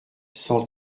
cent